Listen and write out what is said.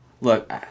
Look